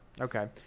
Okay